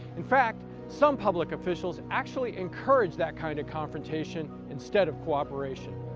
in fact, some public officials actually encourage that kind of confrontation instead of cooperation.